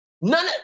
None